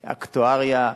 אקטואריה,